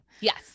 yes